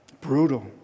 brutal